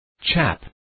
Chap